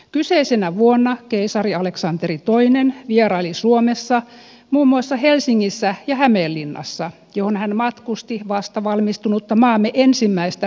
kyseisenä vuonna keisari aleksanteri ii vieraili suomessa muun muassa helsingissä ja hämeenlinnassa johon hän matkusti vastavalmistunutta maamme ensimmäistä rautatieyhteyttä pitkin